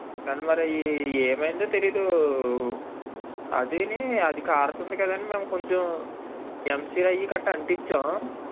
తను మరి అవి ఏమైందో తెలియదు అది అది కారుతుంది కదండి మేము కొంచెం ఎంసీల్ అవి కట్టి అంటించాం